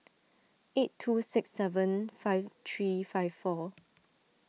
eight two six seven five three five four